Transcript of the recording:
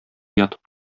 ятып